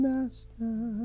Master